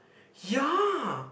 ya